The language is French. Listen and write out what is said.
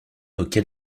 auquel